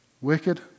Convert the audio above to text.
Wicked